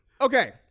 Okay